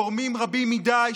גורמים רבים מדי,